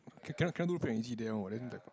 can cannot do free and easy there one what then the